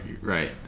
right